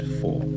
four